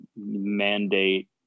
mandate